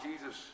jesus